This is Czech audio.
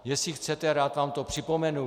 Jestli chcete, rád vám to připomenu.